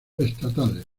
estatales